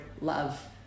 love